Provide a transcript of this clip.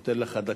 נותן לך דקה.